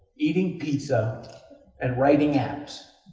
eating pizza and writing apps